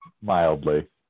Mildly